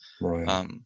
Right